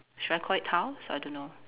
should I all it tiles I don't know